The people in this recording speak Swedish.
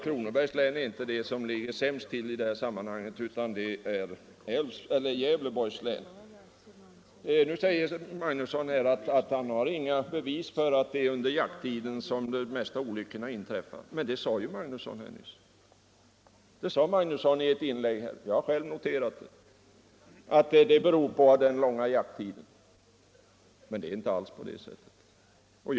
Kronobergs län är inte det som ligger sämst till i det här sammanhanget, herr Magnusson i Kristinehamn, utan det är Gävleborgs län. Nu säger herr Magnusson att han inte har några bevis för att det är under jakttiden som de flesta olyckorna inträffar. Men herr Magnusson sade så i ett inlägg nyss, jag har själv noterat det, att olyckorna skulle bero på den långa jakttiden. Men det är inte alls på det sättet.